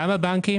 גם הבנקים